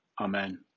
Amen